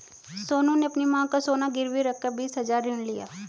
सोनू ने अपनी मां का सोना गिरवी रखकर बीस हजार ऋण लिया